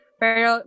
pero